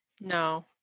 No